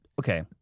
Okay